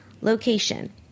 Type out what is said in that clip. Location